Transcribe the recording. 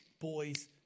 boys